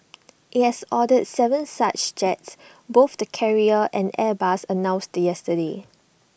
IT has ordered Seven such jets both the carrier and airbus announced yesterday